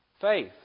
faith